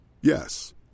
Yes